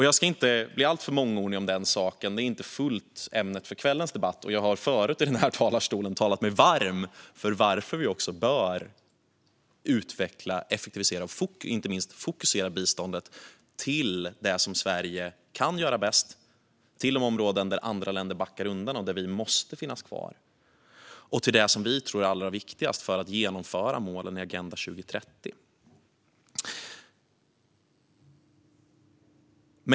Jag ska inte bli alltför mångordig om detta eftersom det inte är ämnet för kvällens debatt, och jag har förut i talarstolen talat mig varm för varför vi bör utveckla, effektivisera och inte minst fokusera biståndet till det som Sverige kan göra bäst, till de områden där andra länder backar undan och Sverige måste finnas kvar och till det som vi tror är allra viktigast för att genomföra målen i Agenda 2030.